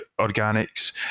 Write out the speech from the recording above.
organics